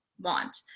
want